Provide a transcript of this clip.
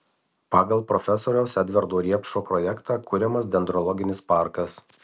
pagal profesoriaus edvardo riepšo projektą kuriamas dendrologinis parkas